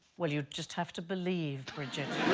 well, you just have to believe virginia